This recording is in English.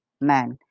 man